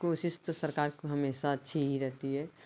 कोशिश तो सरकार को हमेशा अच्छी ही रहती है